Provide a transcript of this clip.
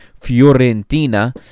Fiorentina